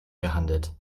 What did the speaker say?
gehandelt